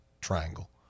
triangle